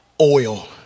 oil